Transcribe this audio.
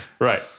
Right